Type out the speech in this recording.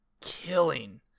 killing